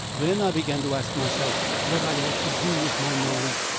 then i began to ask myself what i ought to do with my knowledge,